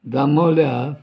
जाबांवले हा